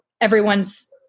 everyone's